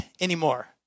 anymore